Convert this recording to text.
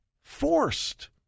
forced